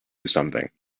something